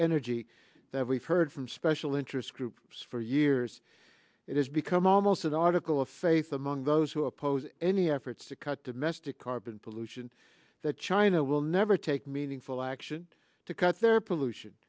g that we've heard from special interest groups for years it has become almost an article of faith among those who oppose any efforts to cut domestic carbon pollution that china will never take meaningful action to cut their pollution